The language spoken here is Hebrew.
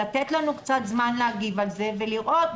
ולתת לנו קצת זמן להגיב על זה ולראות.